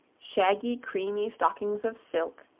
shaggy creamy stockings of silk,